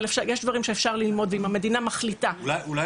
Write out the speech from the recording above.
אבל יש דברים שאפשר ללמוד ואם המדינה מחליטה --- אולי